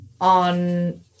on